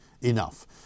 enough